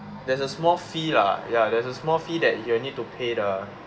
there is a small fee lah ya there is a small fee that you'll need to pay the